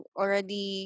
already